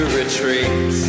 retreat